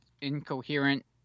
incoherent